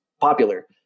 popular